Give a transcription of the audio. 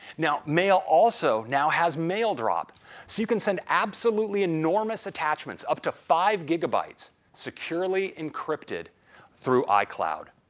now, mail also now has mail drop so you can send absolutely enormous attachments up to five gigabytes securely encrypted through icloud.